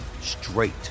straight